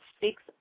six